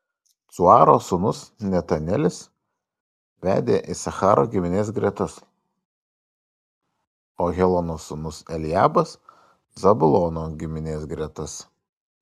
cuaro sūnus netanelis vedė isacharo giminės gretas o helono sūnus eliabas zabulono giminės gretas